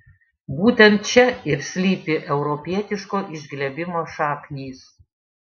būtent čia ir slypi europietiško išglebimo šaknys